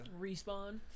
Respawn